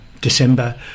December